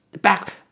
back